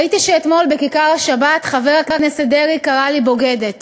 ראיתי שאתמול בכיכר השבת חבר הכנסת דרעי קרא לי בוגדת.